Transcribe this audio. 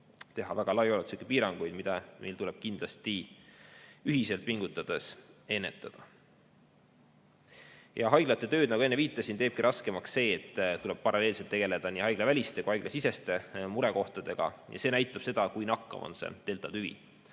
teha väga laiaulatuslikke piiranguid, mida meil tuleb kindlasti ühiselt pingutades ennetada. Haiglate töö, nagu enne viitasin, teebki raskemaks see, et tuleb paralleelselt tegelda nii haiglaväliste kui ka haiglasiseste murekohtadega. See näitab, kui nakkav on deltatüvi.